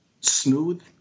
smooth